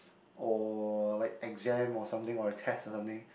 oh like exam or something or a test or something